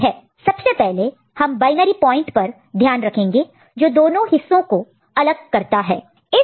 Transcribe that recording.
सबसे पहले हम बायनरी पॉइंट पर ध्यान रखेंगे जो दोनों हिस्सों को अलग करता है